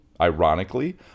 Ironically